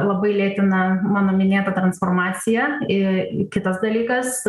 labai lėtina mano minėtą transformaciją i kitas dalykas